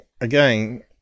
again